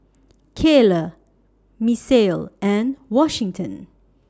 Cayla Misael and Washington